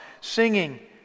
singing